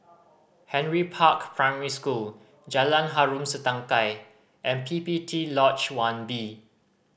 Henry Park Primary School Jalan Harom Setangkai and P P T Lodge One B